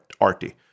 arty